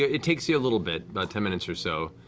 it takes you a little bit, about ten minutes or so.